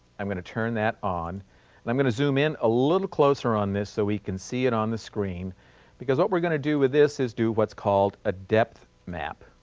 i'm going to turn that on and i'm going to zoom in a little closer on this, so we can see it on the screen because what we're going to do with this is do what's called a depth map.